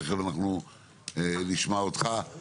תכף אנחנו נשמע אותך.